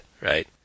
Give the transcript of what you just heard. right